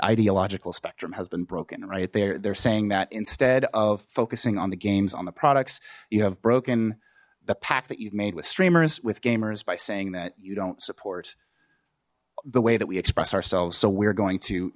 ideological spectrum has been broken right there they're saying that instead of focusing on the games on the products you have broken the pact that you've made with streamers with gamers by saying that you don't support the way that we express ourselves so we're going to